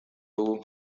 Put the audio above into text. dugu